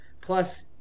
Plus